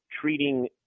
treating